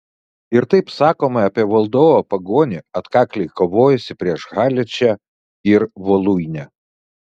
ir taip sakoma apie valdovą pagonį atkakliai kovojusį prieš haličą ir voluinę